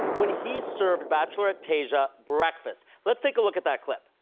when he served bachelorette tayshia breakfast. let's take a look at that clip.